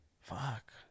Fuck